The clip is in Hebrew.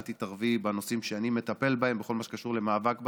אל תתערבי בנושאים שאני מטפל בהם בכל מה שקשור במאבק בטרור.